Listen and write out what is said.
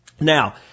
Now